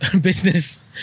business